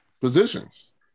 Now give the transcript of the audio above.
positions